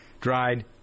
dried